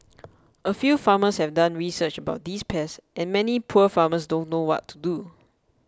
a few farmers have done research about these pests and many poor farmers don't know what to do